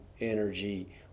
energy